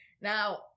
Now